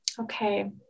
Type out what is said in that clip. okay